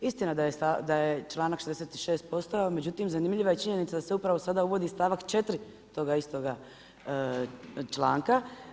Istina je da je članak 66. postojao, međutim zanimljiva je činjenica da se upravo sada uvodi stavak 4. toga istoga članka.